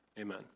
amen